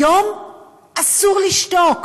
היום אסור לשתוק.